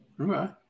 Okay